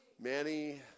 Manny